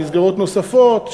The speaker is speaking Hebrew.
במסגרות נוספות,